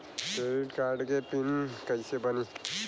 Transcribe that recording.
Credit card के pin कैसे बनी?